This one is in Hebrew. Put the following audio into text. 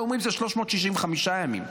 ואומרים שזה 365 ימים,